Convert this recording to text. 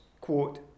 quote